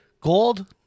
gold